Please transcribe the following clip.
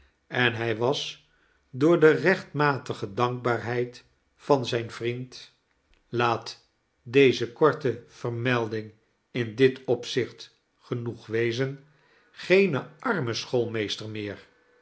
en hij was door de rechtmatige dankbaarheid van zijn vriend laat deze korte vermelding in dit opzicht genoeg wezen geen arme schoolmeester meer